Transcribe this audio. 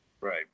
Right